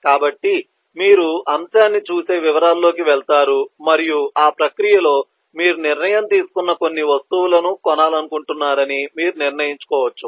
కాబట్టి మీరు అంశాన్ని చూసే వివరాల్లోకి వెళతారు మరియు ఆ ప్రక్రియలో మీరు నిర్ణయం తీసుకున్న కొన్ని వస్తువులను కొనాలనుకుంటున్నారని మీరు నిర్ణయించుకోవచ్చు